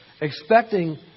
expecting